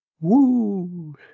Woo